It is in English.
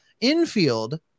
infield